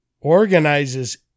organizes